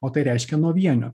o tai reiškia nuo vienio